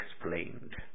explained